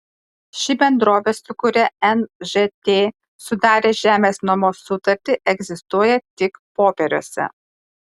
ši bendrovė su kuria nžt sudarė žemės nuomos sutartį egzistuoja tik popieriuose